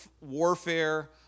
warfare